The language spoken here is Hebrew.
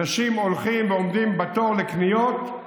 אנשים הולכים ועומדים בתור לקניות,